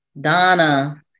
Donna